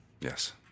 Yes